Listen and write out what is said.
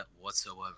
whatsoever